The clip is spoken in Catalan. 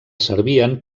servien